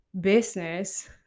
business